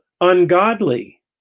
ungodly